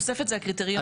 התוספת זה הקריטריונים.